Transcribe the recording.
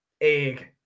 egg